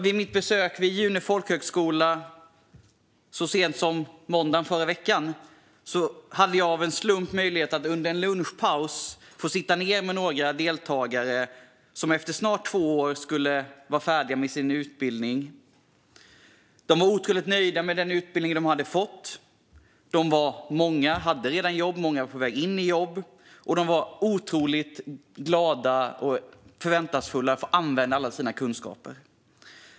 Vid mitt besök på June folkhögskola så sent som i måndags i förra veckan hade jag av en slump möjlighet att under en lunchpaus få sitta ned med några deltagare som efter snart två år är färdiga med sin utbildning. De var otroligt nöjda med den utbildning de hade fått. Många hade redan jobb, och många var på väg in i jobb. De var otroligt glada och förväntansfulla inför att få använda alla sina kunskaper.